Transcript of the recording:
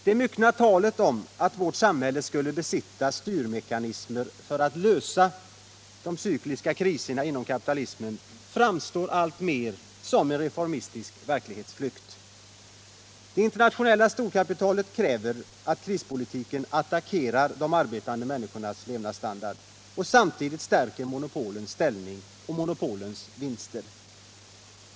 Det myckna talet om att vårt samhälle skulle besitta styrmekanismer för att lösa de cykliska kriserna inom kapitalismen framstår alltmer som en reformistisk verklighetsflykt. Det internationella storkapitalet kräver att krispolitiken attackerar de arbetande människornas levnadsstandard och samtidigt stärker monopolens ställning och vinster.